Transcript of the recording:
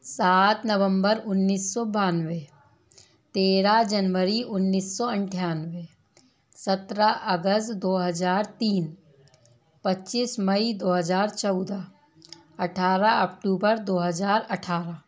सात नवंबर उन्नीस सौ बानवे तेरह जनवरी उन्नीस सौ अट्ठानवे सत्रह अगस्त दो हज़ार तीन पच्चीस मई दो हज़ार चौदह अठारह अक्टूबर दो हज़ार अठारह